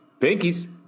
pinkies